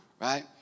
Right